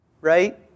Right